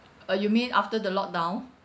uh you mean after the lock down